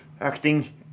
acting